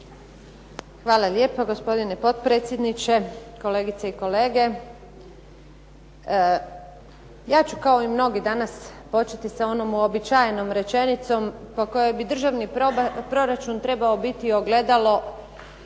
Hvala lijepa. Gospodine potpredsjedniče, kolegice i kolege. Ja ću kao i mnogi danas početi sa onom uobičajenom rečenicom po kojoj bi državni proračun trebao biti ogledalo